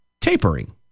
tapering